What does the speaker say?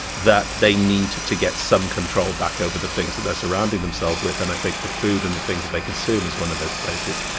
that they need to get some control back over the things that they're surrounding themselves with, and i think the food and the things that they consume is one of those places.